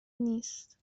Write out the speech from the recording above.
نیست